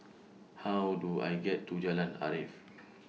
How Do I get to Jalan Arif